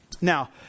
Now